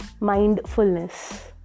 mindfulness